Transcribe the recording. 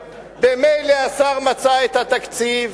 ממילא השר מצא את התקציב.